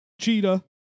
Cheetah